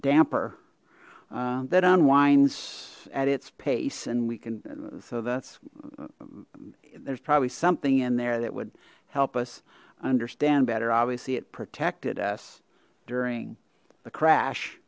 damper that unwinds at its pace and we can so that's there's probably something in there that would help us understand better obviously it protected us during the crash